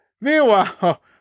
Meanwhile